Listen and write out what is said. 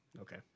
okay